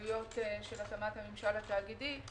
עלויות של הקמת הממשק התאגידי.